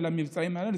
של המבצעים האלה,